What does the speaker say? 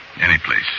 Anyplace